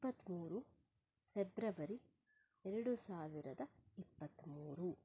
ಇಪ್ಪತ್ತ್ಮೂರು ಫೆಬ್ರವರಿ ಎರಡು ಸಾವಿರದ ಇಪ್ಪತ್ತ್ಮೂರು